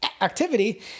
activity